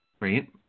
right